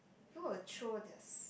people will throw their s~